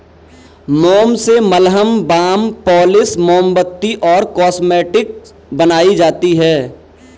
मोम से मलहम, बाम, पॉलिश, मोमबत्ती और कॉस्मेटिक्स बनाई जाती है